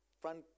front